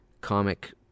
comic